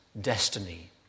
destiny